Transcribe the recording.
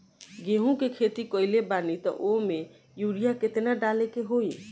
गेहूं के खेती कइले बानी त वो में युरिया केतना डाले के होई?